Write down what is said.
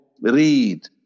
read